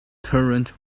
turrets